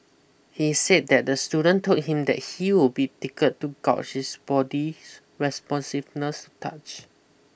he said that the student told him that he will be tickled to gauge his body's responsiveness touch